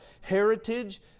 heritage